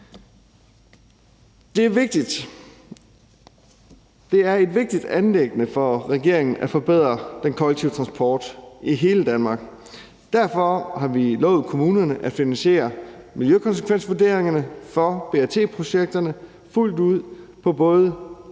Det er et vigtigt anliggende for regeringen at forbedre den kollektive transport i hele Danmark. Derfor har vi lovet kommunerne at finansiere miljøkonsekvensvurderingerne for BRT-projekterne fuldt ud for både